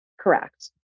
Correct